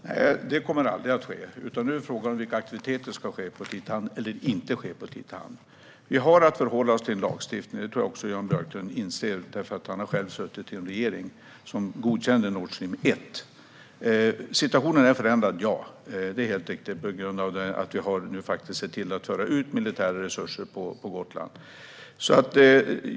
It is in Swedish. Herr talman! Det kommer aldrig att ske. Nu är det fråga om vilka aktiviteter som ska ske eller inte i Slite hamn. Vi har att förhålla oss till en lagstiftning. Det tror jag att Jan Björklund inser, för han har själv suttit i en regering som godkände Nord Stream 1. Det är helt riktigt att situationen är förändrad på grund av att vi har fört ut militära resurser på Gotland.